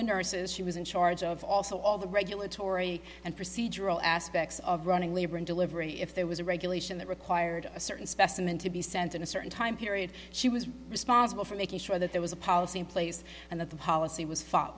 the nurses she was in charge of also all the regulatory and procedural aspects of running labor and delivery if there was a regulation that required a certain specimen to be sent in a certain time period she was responsible for making sure that there was a policy in place and that the policy w